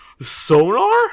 Sonar